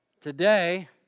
today